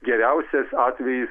geriausias atvejis